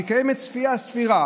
כי קיימת ציפייה סבירה